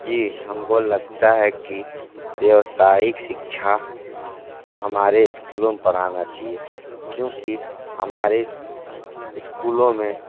जी हमको लगता है कि व्यवसायिक शिक्षा हमारे स्कूलों में पढ़ाना चाहिए क्योंकि हमारे स्कूलों में